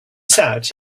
sat